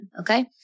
Okay